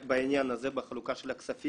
בעניין הזה, בחלוקה של הכספים.